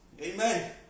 Amen